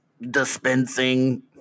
Dispensing